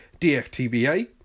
DFTBA